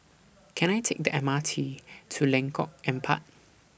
Can I Take The M R T to Lengkok Empat